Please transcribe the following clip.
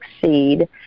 succeed